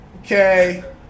okay